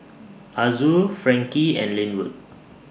Azul Frankie and Lynwood